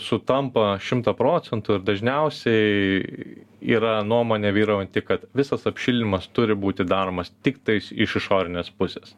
sutampa šimtą procentų ir dažniausiai yra nuomonė vyraujanti kad visas apšildymas turi būti daromas tiktais iš išorinės pusės